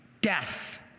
Death